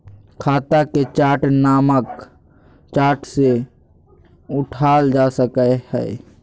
खाता के चार्ट मानक चार्ट से उठाल जा सकय हइ